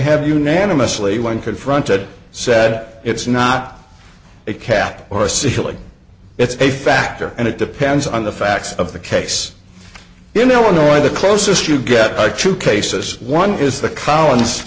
have unanimously when confronted said it's not a cap or a ceiling it's a factor and it depends on the facts of the case in illinois the closest you get by two cases one is the collins